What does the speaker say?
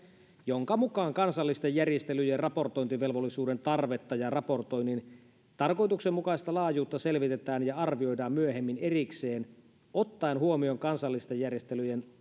jonka mukaan kansallisten järjestelyjen raportointivelvollisuuden tarvetta ja raportoinnin tarkoituksenmukaista laajuutta selvitetään ja arvioidaan myöhemmin erikseen ottaen huomioon kansallisten järjestelyjen